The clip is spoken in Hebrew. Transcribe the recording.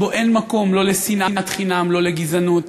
שבו אין מקום לא לשנאת חינם, לא לגזענות,